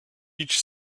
each